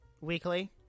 weekly